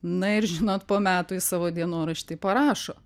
na ir žinot po metų jis savo dienorašty parašo